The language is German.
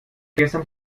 gestern